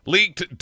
Leaked